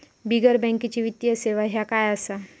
बिगर बँकेची वित्तीय सेवा ह्या काय असा?